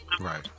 Right